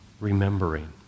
remembering